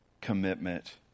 commitment